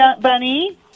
bunny